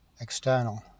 external